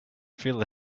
feel